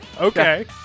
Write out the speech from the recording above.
Okay